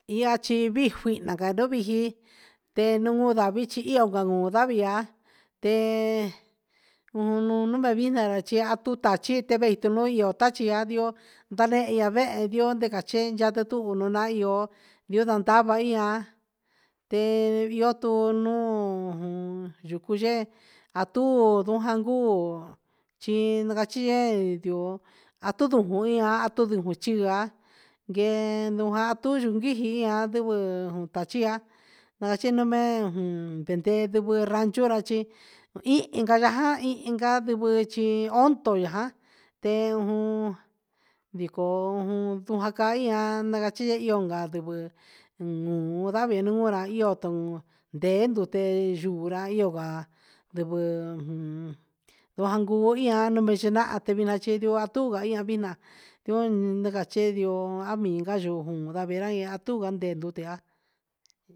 Iha chi vii fuihna te nuun nda vichi io ca cu savo ia tee un na vine a chi tachi teve itu nui io tachi ia ndioo na vehe ndio nde ca chee yate tuvo un naa io yu ta ndava ian te io un tuu nuu yucu yee a tu ndu jucanjuu chi cachi yee a tu ndubu ian a tu ndubu chia guee nuun nduyu gia anidvɨ ta chia ta chi un mee te nde ndivɨ ranchu ra chi ihi inca ja inca nidvɨ chi hondo ya jan teo jun ndicoo jun nduju ca aio na cachi yee io gan ndivɨ gavi nuun ra io ta ru ndee ndute yuura io nda vixi nahan te vina chi vina na cachi ndio aminga yoo jun na vera a tu va nde luu tia.